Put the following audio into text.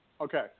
Okay